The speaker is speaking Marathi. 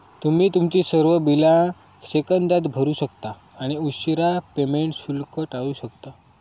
तुम्ही तुमची सर्व बिला सेकंदात भरू शकता आणि उशीरा पेमेंट शुल्क टाळू शकता